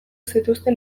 zituzten